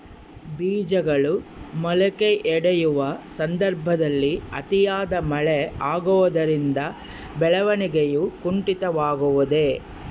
ಬೇಜಗಳು ಮೊಳಕೆಯೊಡೆಯುವ ಸಂದರ್ಭದಲ್ಲಿ ಅತಿಯಾದ ಮಳೆ ಆಗುವುದರಿಂದ ಬೆಳವಣಿಗೆಯು ಕುಂಠಿತವಾಗುವುದೆ?